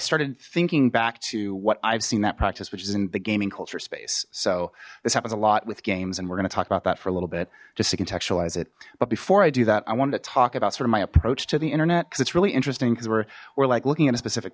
started thinking back to what i've seen that practice which is in the gaming culture space so this happens a lot with games and we're gonna talk about that for a little bit just to contextualize it but before i do that i wanted to talk about sort of my approach to the internet because it's really interesting because we're we're like looking at a specific